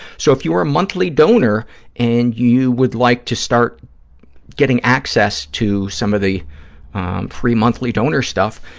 so, if you're a monthly donor and you would like to start getting access to some of the free monthly donor stuff,